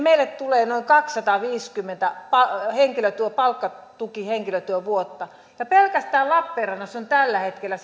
meille tulee noin kaksisataaviisikymmentä palkkatukihenkilötyövuotta pelkästään lappeenrannassa on tällä hetkellä